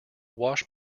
wash